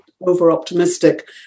over-optimistic